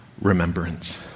remembrance